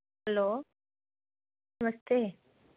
hello नमस्ते